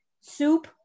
soup